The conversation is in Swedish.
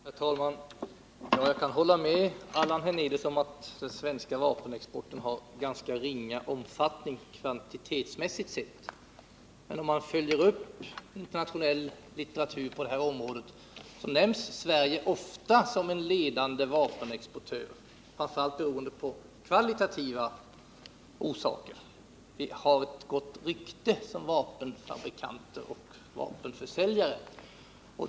Herr talman! Jag kan hålla med Allan Hernelius om att den svenska vapenexporten har ganska ringa omfattning kvantitetsmässigt sett. Men om man följer upp internationell litteratur på det här området finner man att Sverige ofta nämns som en ledande vapenexportör framför allt av kvalitativa orsaker. Vi har ett gott rykte som vapenfabrikanter och vapenförsäljare.